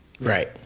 Right